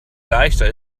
leichter